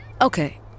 Okay